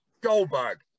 Goldberg